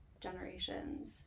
generations